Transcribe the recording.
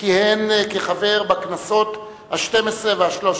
כיהן כחבר בכנסות השתים-עשרה והשלוש-עשרה,